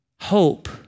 hope